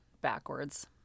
backwards